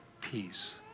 peace